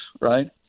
right